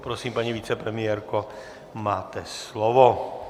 Prosím, paní vicepremiérko, máte slovo.